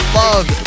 love